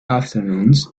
afternoons